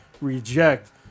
reject